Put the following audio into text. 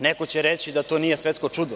Neko će reći da to nije svetsko čudo.